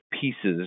pieces